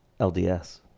LDS